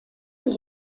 pour